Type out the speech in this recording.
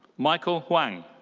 michael huang.